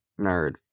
Nerd